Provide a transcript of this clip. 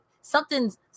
Something's